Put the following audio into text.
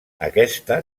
aquesta